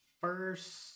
first